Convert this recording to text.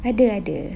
ada ada